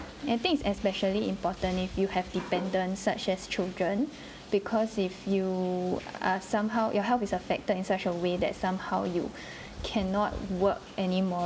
I think it's especially important if you have dependents such as children because if you are somehow your health is affected in such a way that somehow you cannot work anymore